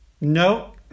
no